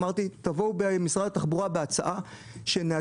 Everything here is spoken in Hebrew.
אמרתי שיבואו בהצעה למשרד התחבורה ששיטת